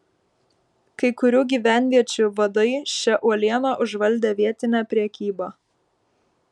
kai kurių gyvenviečių vadai šia uoliena užvaldė vietinę prekybą